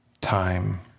time